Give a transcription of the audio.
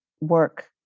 work